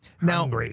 Now